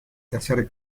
tercer